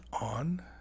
on